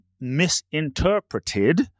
misinterpreted